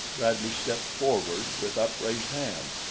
bradley stepped forward with upraised hand.